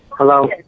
Hello